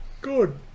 good